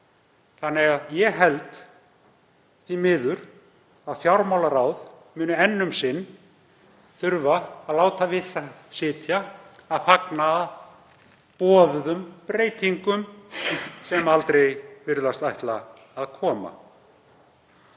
ljós. Ég held því miður að fjármálaráð muni enn um sinn þurfa að láta við það sitja að fagna boðuðum breytingum sem aldrei virðast ætla að koma.